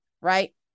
right